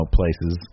places